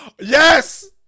Yes